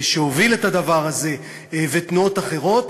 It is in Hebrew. שהוביל את הדבר הזה, ותנועות אחרות,